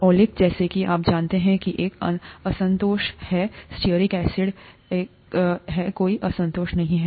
oleic जैसा कि आप जानते हैं कि एक असंतोष है स्टीयरिक एसिड है कोई असंतोष नहीं है